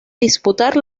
disputar